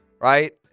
Right